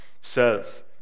says